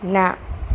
ના